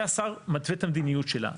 והשר מתווה את המדיניות שלה.